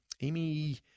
Amy